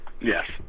Yes